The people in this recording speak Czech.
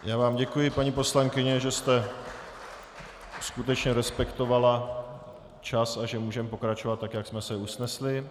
Já vám děkuji, paní poslankyně, že jste skutečně respektovala čas a že můžeme pokračovat tak, jak jsme se usnesli.